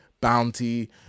Bounty